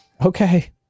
Okay